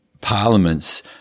parliaments